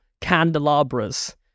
candelabras